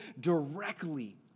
directly